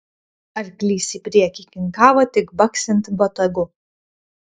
arklys į priekį kinkavo tik baksint botagu